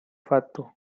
facto